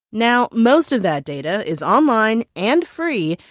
now most of that data is online and free,